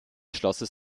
schlosses